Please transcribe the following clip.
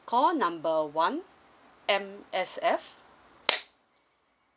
call number one M_S_F